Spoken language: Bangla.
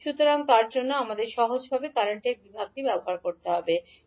সুতরাং তার জন্য আমরা সহজভাবে কারেন্ট বিভাগটি ব্যবহার করতে পারি